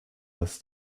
aus